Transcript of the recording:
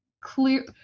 clear